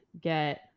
get